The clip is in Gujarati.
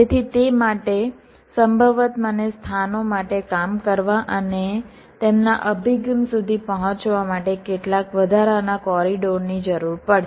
તેથી તે માટે સંભવતઃ મને સ્થાનો માટે કામ કરવા અને તેમના અભિગમ સુધી પહોંચવા માટે કેટલાક વધારાના કોરિડોરની જરૂર પડશે